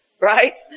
right